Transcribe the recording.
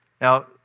Now